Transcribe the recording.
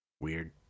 Weird